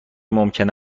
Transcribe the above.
ممکن